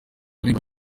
arenga